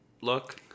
look